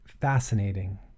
fascinating